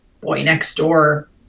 boy-next-door